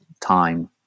time